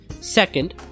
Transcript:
Second